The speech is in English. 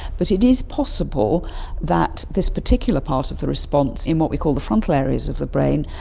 but it is possible that this particular part of the response in what we call the frontal areas of the brain,